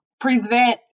present